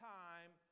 time